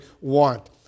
want